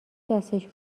دستش